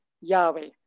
Yahweh